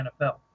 NFL